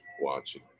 watching